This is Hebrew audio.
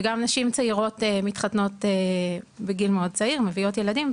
נשים מתחתנות בגיל מאוד צעיר ומביאות ילדים,